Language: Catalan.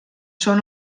són